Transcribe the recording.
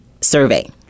survey